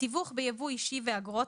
תיווך בייבוא אישי ואגרות),